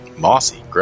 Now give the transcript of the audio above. mossy